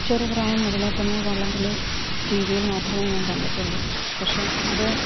ചെറു പ്രായം മുതലേ തന്നെ വള്ളംകളി ടി വിയിൽ മാത്രമേ ഞാന് കണ്ടിട്ടുള്ളു പക്ഷെ അത്